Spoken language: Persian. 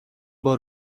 بار